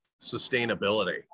sustainability